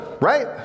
right